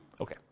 Okay